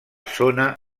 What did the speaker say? zona